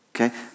Okay